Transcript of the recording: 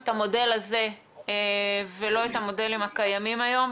את המודל הזה ולא את המודלים הקיימים היום.